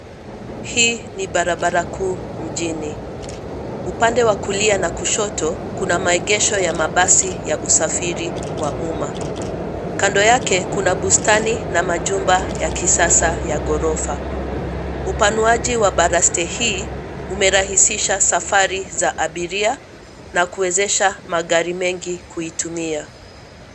Hii ni barabara kuu mjini. Upande wa kulia na kushoto, kuna maegesho ya mabasi ya usafiri wa umma, kando yake, kuna bustani na majumba ya kisasa ya ghorofa. Upanuaji wa baraste hii umerahisisha safari za abiria na kuwezesha magari mengi kuitumia.